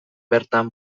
bertan